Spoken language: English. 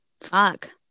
fuck